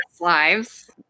lives